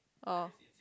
oh